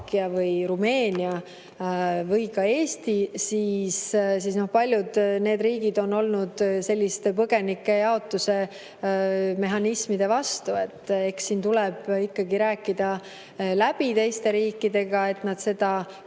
või Rumeenia või ka Eesti, siis paljud need riigid on olnud selliste põgenike jaotuse mehhanismide vastu. Eks siin tuleb ikkagi rääkida läbi teiste riikidega, et nad seda